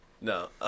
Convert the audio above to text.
No